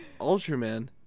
Ultraman